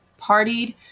partied